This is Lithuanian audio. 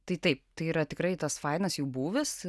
tai taip tai yra tikrai tas fainas jų būvis